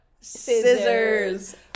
Scissors